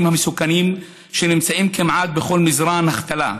המסוכנים שנמצאים כמעט בכל מזרן החתלה,